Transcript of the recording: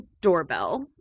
doorbell